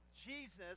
Jesus